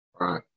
Right